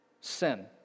sin